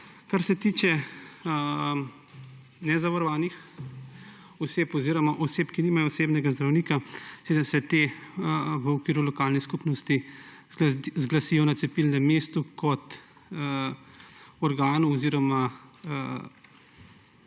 Kar se tiče nezavarovanih oseb oziroma oseb, ki nimajo osebnega zdravnika, se ti v okviru lokalne skupnosti zglasijo na cepilnem mestu kot organu oziroma